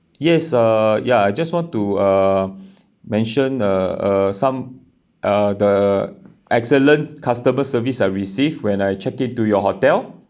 yes uh ya I just want to uh mention uh some uh the excellent customer service I received when I check in to your hotel